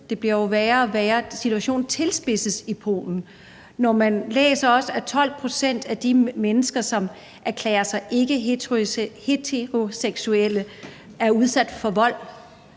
Det bliver jo værre og værre. Situationen i Polen tilspidses, når man læser, at 12 pct. af de mennesker, som erklærer sig ikkeheteroseksuelle, er udsat for vold.